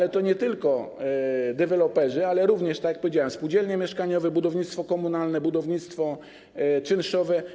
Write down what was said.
Tu chodzi nie tylko o deweloperów, ale również, tak jak powiedziałem, o spółdzielnie mieszkaniowe, budownictwo komunalne, budownictwo czynszowe.